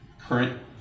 current